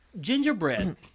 gingerbread